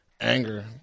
anger